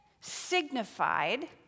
signified